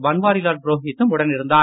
பன்வாரிலால் புரோகித்தும் உடனிருந்தார்